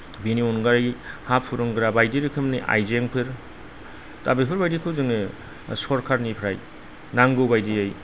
बेनि अनगायै हा फुरुंग्रा बायदि रोखोमनि आयजेंफोर दा बेफोरबायदिखौ जोङो सरखारनिफ्राय नांगौ बायदियै